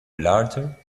larger